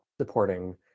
supporting